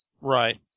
Right